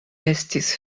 estis